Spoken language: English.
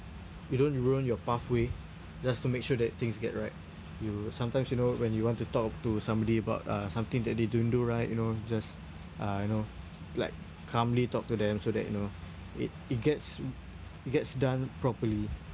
you don't ruin your pathway just to make sure that things get right you sometimes you know when you want to talk to somebody about uh something that they don't do right you know just uh you know like calmly talk to them so that you know it it gets it gets done properly